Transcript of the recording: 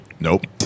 Nope